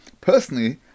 Personally